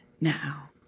now